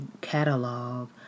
catalog